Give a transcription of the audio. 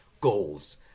goals